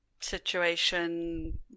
situation